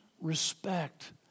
respect